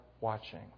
watching